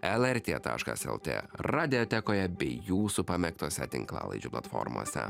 lrt taškas lt radiotekoje bei jūsų pamėgtose tinklalaidžių platformose